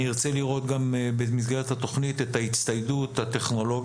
אני ארצה לראות גם במסגרת התוכנית את ההצטיידות הטכנולוגית,